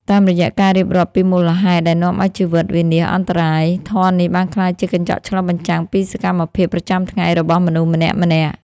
តាមរយៈការរៀបរាប់ពីមូលហេតុដែលនាំឱ្យជីវិតវិនាសអន្តរាយ ធម៌នេះបានក្លាយជាកញ្ចក់ឆ្លុះបញ្ចាំងពីសកម្មភាពប្រចាំថ្ងៃរបស់មនុស្សម្នាក់ៗ។